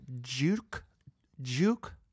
juke—juke